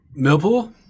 Millpool